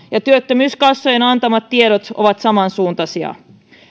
työttömyyskassojen antamat tiedot ovat samansuuntaisia